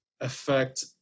affect